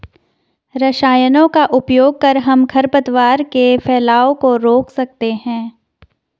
रसायनों का उपयोग कर हम खरपतवार के फैलाव को रोक सकते हैं